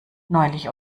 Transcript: neulich